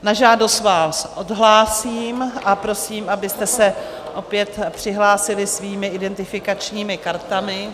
Na žádost vás odhlásím a prosím, abyste se opět přihlásili svými identifikačními kartami.